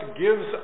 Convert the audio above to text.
gives